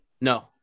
No